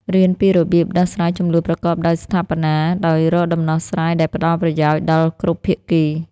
រៀនពីរបៀបដោះស្រាយជម្លោះប្រកបដោយស្ថាបនា ដោយរកដំណោះស្រាយដែលផ្តល់ប្រយោជន៍ដល់គ្រប់ភាគី។